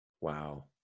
Wow